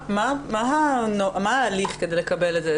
מה ההליך כדי לקבל את זה?